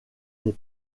les